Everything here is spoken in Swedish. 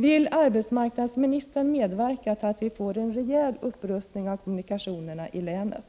Vill arbetsmarknadsministern medverka till att vi får en rejäl upprustning av kommunikationerna i länet?